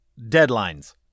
Deadlines